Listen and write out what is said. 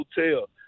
hotel